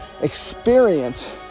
experience